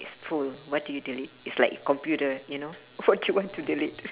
it's full what do you delete it's like computer you know what you want to delete